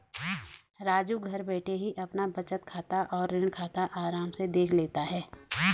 राजू घर बैठे ही अपना बचत खाता और ऋण खाता आराम से देख लेता है